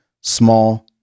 small